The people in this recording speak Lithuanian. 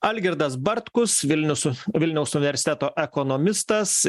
algirdas bartkus vilnius vilniaus universiteto ekonomistas